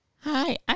Hi